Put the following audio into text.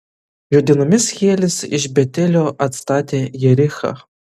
jo dienomis hielis iš betelio atstatė jerichą